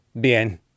bien